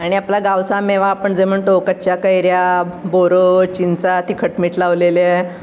आणि आपला गावचा मेवा आपण जे म्हणतो कच्च्या कैऱ्या बोरं चिंचा तिखटमिठ लावलेल्या